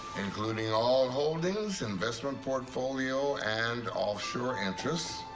including all holdings, investment portfolio. and offshore interests,